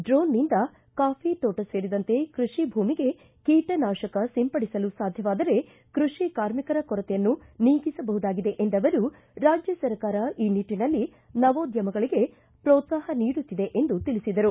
ಡ್ರೋನ್ನಿಂದ coffee ತೋಟ ಸೇರಿದಂತೆ ಕೃಷಿ ಭೂಮಿಗೆ ಕೀಟನಾಶಕ ಸಿಂಪಡಿಸಲು ಸಾಧ್ಯವಾದರೆ ಕೃಷಿ ಕಾರ್ಮಿಕರ ಕೊರತೆಯನ್ನು ನೀಗಿಸಬಹುದಾಗಿದೆ ಎಂದ ಅವರು ರಾಜ್ಯ ಸರ್ಕಾರ ಈ ನಿಟ್ಟಿನಲ್ಲಿ ನವೋದ್ಯಮಗಳಿಗೆ ಪ್ರೋತ್ಸಾಹ ನೀಡುತ್ತಿದೆ ಎಂದು ತಿಳಿಸಿದರು